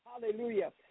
Hallelujah